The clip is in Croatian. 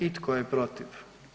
I tko je protiv?